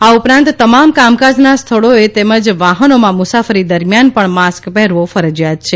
આ ઉપરાંત તમામ કામકાજના સ્થોળી એ તેમજ વાહનોમાં મુસાફરી દરમિયાન પણ માસ્ક પહેરવો ફરજીયાત છે